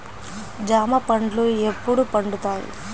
జామ పండ్లు ఎప్పుడు పండుతాయి?